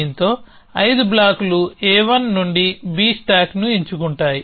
దీనితో ఐదు బ్లాక్లు A1 నుండి B స్టాక్ను ఎంచుకుంటాయి